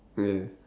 okay